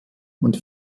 und